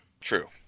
True